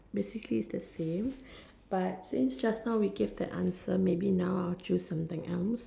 basically is the same but since just now we give that answer maybe now I will choose something else